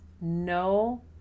no